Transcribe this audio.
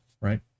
right